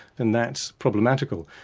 and that's problematical.